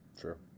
Sure